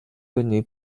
connue